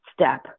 step